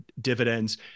dividends